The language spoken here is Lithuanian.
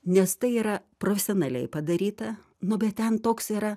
nes tai yra profesionaliai padaryta nu bet ten toks yra